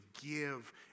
give